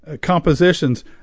compositions